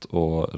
och